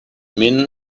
men